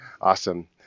Awesome